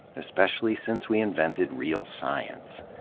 especially since we invented real science.